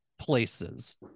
places